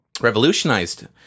revolutionized